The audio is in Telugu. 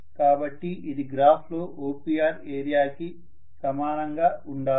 కాబట్టి ఇది గ్రాఫ్ లో OPR ఏరియాకి సమానంగా ఉండాలి